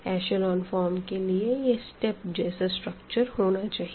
echelon form के लिए यह स्टेप जैसा स्ट्रक्चर होना चाहिए